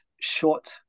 short